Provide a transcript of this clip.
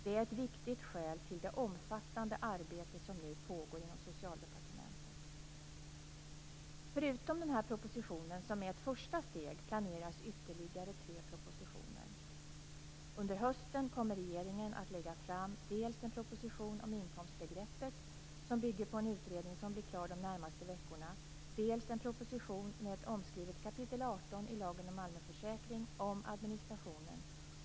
Det är ett viktigt skäl till det omfattande arbete som nu pågår inom Förutom den här propositionen, som är ett första steg, planeras ytterligare tre propositioner. Under hösten kommer regeringen att lägga fram dels en proposition om inkomstbegreppet som bygger på en utredning som blir klar de närmaste veckorna, dels en proposition med ett omskrivet kapitel 18 i lagen om allmänförsäkring, om administrationen.